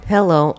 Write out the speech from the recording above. Hello